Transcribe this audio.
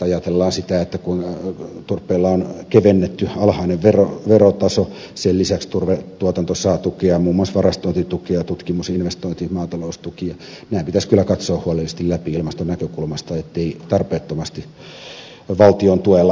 ajatellaan sitä että kun turpeella on kevennetty alhainen verotaso sen lisäksi turvetuotanto saa tukea muun muassa varastointitukea tutkimus investointi maataloustukia nämä pitäisi kyllä katsoa huolellisesti läpi ilmaston näkökulmasta ettei tarpeettomasti valtion tuella edistetä ilmaston muuttumista